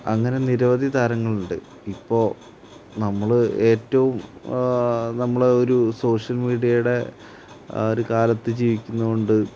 അങ്ങനെ നിരവധി താരങ്ങളുണ്ട് ഇപ്പോൾ നമ്മൾ ഏറ്റവും നമ്മൾ ഒരു സോഷ്യൽ മീഡിയേടെ ഒരു കാലത്ത് ജീവിക്കുന്നതു കൊണ്ട്